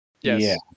Yes